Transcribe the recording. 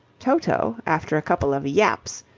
toto, after a couple of yaps,